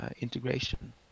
integration